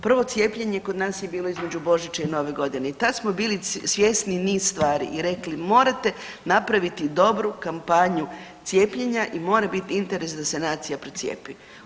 Prvo cijepljenje je kod nas bilo između Božića i Nove godine i tad smo bili svjesni niz stvari i rekli morate napraviti dobru kampanju cijepljenja i mora bit interes da se nacija procijepi.